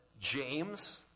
James